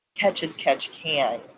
catch-as-catch-can